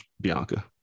Bianca